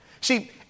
See